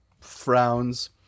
frowns